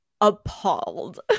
appalled